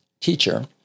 Teacher